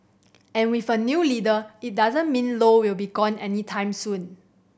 and with a new leader it doesn't mean Low will be gone anytime soon